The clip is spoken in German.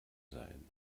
sein